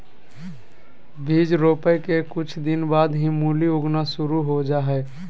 बीज रोपय के कुछ दिन बाद ही मूली उगना शुरू हो जा हय